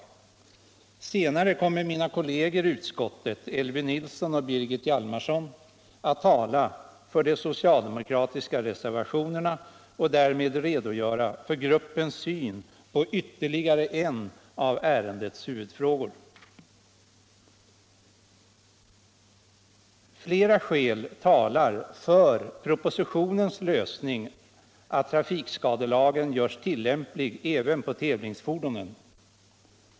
Senare kommer 12 december 1975 mina kolleger i utskottet, Elvy Nilsson och Birgit Hjalmarsson, att tala för de socialdemokratiska reservationerna och därmed redogöra för grup = Trafikskadelag pens syn på ytterligare en av ärendets huvudfrågor. m.m. Flera skäl talar för propositionens lösning att trafikskadelagen görs tillämplig även på tävlingsfordonen.